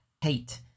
hate